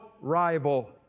rival